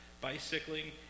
bicycling